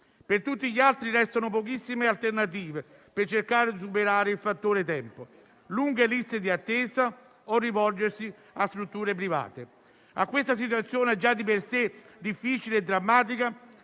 per tutti gli altri restano pochissime alternative per cercare di superare il fattore tempo: lunghe liste di attesa o rivolgersi a strutture private. A questa situazione, già di per sé difficile e drammatica,